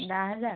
दहा हजार